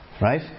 right